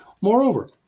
Moreover